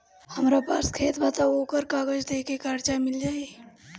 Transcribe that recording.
हमरा पास खेत बा त ओकर कागज दे के कर्जा मिल जाई?